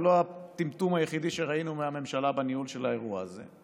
ולא הטמטום היחידי שראינו מהממשלה בניהול של האירוע הזה.